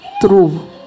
True